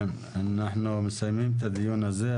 אנחנו מסיימים את הדיון הזה.